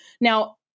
Now